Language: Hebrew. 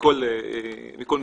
מכל מגזר,